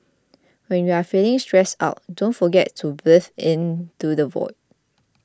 when you are feeling stressed out don't forget to breathe into the void